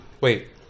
Wait